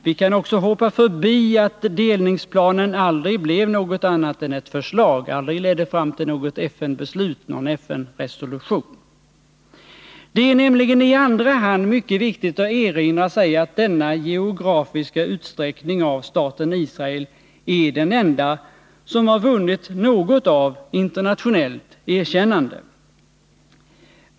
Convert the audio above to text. Vi kan också hoppa förbi att delningsplanen aldrig blev något annat än ett förslag; det ledde aldrig till något FN-beslut eller någon FN-resolution. Det är nämligen i andra hand mycket viktigt att erinra sig att denna geografiska utsträckning av staten Israel är den enda som har vunnit något av internationellt erkännande.